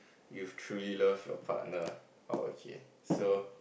you've truly love your partner okay so